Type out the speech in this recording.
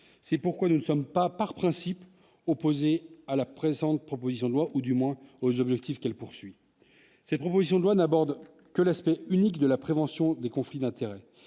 c'est pourquoi nous ne sommes pas par principe opposée à la présente proposition de loi, ou du moins aux objectifs qu'elle poursuit ses propositions de loi n'aborde que l'espèce unique de la prévention des conflits d'intérêts,